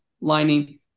lining